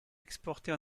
exportés